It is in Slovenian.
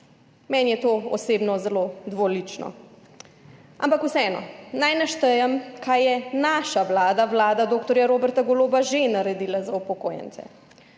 Meni je to osebno zelo dvolično. Ampak vseeno naj naštejem, kaj je naša vlada, vlada dr. Roberta Goloba že naredila za upokojence.